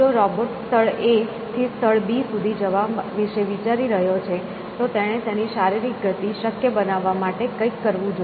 જો રોબોટ સ્થળ A થી સ્થળ B સુધી જવા વિશે વિચારી રહ્યો છે તો તેણે તેની શારીરિક ગતિ શક્ય બનાવવા માટે કંઈક કરવું જોઈએ